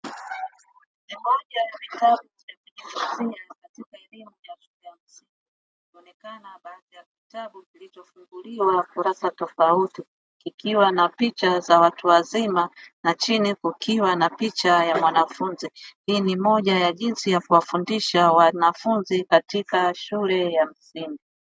Moja ya vitabu vya kujifunzia katika eneo la shule ya msingi kunaonekana baadhi ya kitabu kilichofunguliwa katika kurasa tofauti, kikiwa na picha ya watu wazima na chini kukiwa na picha ya wanafunzi hii ni moja ya jinsi ya kuwafundisha wanafunzi katika shule ya msingi.